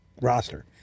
roster